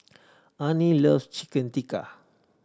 Arnie loves Chicken Tikka